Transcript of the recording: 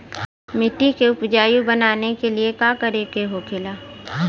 मिट्टी के उपजाऊ बनाने के लिए का करके होखेला?